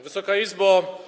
Wysoka Izbo!